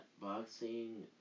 boxing